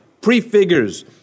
prefigures